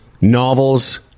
novels